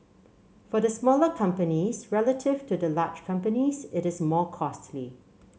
for the smaller companies relative to the large companies it is more costly